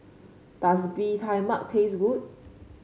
does Bee Tai Mak taste good